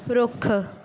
ਰੁੱਖ